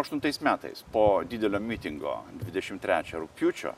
aštuntais metais po didelio mitingo dvidešim trečią rugpjūčio